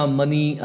money